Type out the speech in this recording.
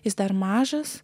jis dar mažas